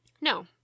No